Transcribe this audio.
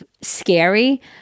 scary